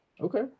Okay